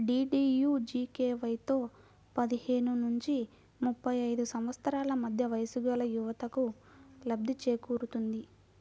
డీడీయూజీకేవైతో పదిహేను నుంచి ముప్పై ఐదు సంవత్సరాల మధ్య వయస్సుగల యువతకు లబ్ధి చేకూరుతుంది